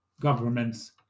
government's